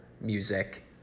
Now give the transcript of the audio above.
music